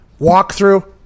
walkthrough